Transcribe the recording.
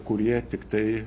kurie tiktai